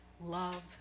love